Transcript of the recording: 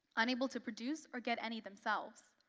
unable to produce or get any themselves.